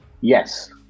yes